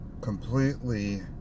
completely